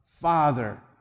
Father